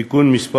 (תיקון מס'